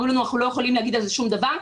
אומרים לנו: אנחנו לא יכולים להגיד על זה שום דבר.